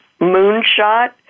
Moonshot